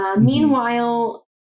meanwhile